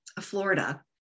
Florida